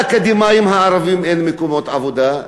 לאקדמאים הערבים אין מקומות עבודה,